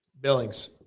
Billings